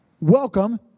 Welcome